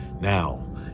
Now